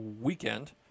weekend